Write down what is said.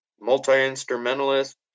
multi-instrumentalist